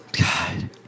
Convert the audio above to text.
God